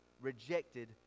rejected